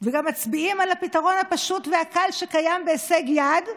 וגם מצביעים על הפתרון הפשוט והקל שקיים בהישג יד,